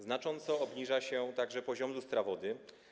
Znacząco obniża się także poziom lustra wody.